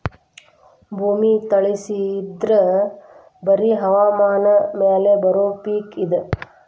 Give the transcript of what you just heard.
ಭೂಮಿ ತಳಸಿ ಇದ್ರ ಬರಿ ಹವಾಮಾನ ಮ್ಯಾಲ ಬರು ಪಿಕ್ ಇದ